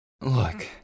Look